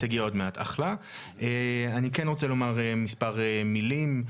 רוצה לומר מספר מילים.